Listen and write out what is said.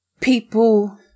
people